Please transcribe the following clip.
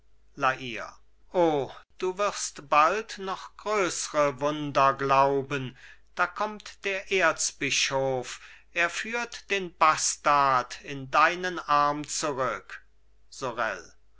o du wirst bald noch größre wunder glauben da kommt der erzbischof er führt den bastard in deinen arm zurück sorel